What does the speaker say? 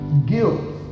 guilt